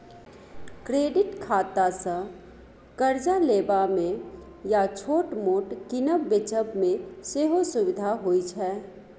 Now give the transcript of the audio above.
credit खातासँ करजा लेबा मे या छोट मोट कीनब बेचब मे सेहो सुभिता होइ छै